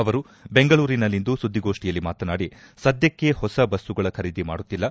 ಅವರು ಬೆಂಗಳೂರಿನಲ್ಲಿಂದು ಸುದ್ಧಿಗೋಷ್ಠಿಯಲ್ಲಿ ಮಾತನಾಡಿ ಸದ್ಯಕ್ಕೆ ಹೊಸ ಬಸ್ಸುಗಳ ಖರೀದಿ ಮಾಡುತ್ತಿಲ್ಲ